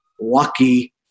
lucky